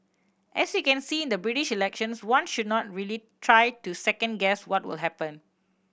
as you can see in the British elections one should not really try to second guess what will happen